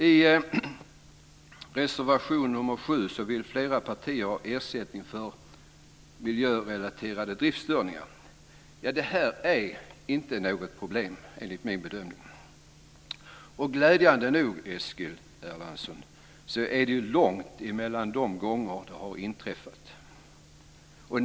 I reservation nr 7 vill flera partier ha ersättning för miljörelaterade driftstörningar. Det här är inte något problem, enligt min bedömning. Glädjande nog, Eskil Erlandsson, är det långt mellan de gånger som sådant här har inträffat.